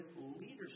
leadership